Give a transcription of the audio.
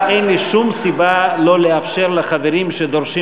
אין לי שום סיבה לא לאפשר לחברים שדורשים